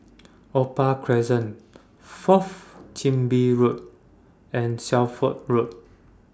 Opal Crescent Fourth Chin Bee Road and Shelford Road